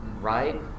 right